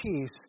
peace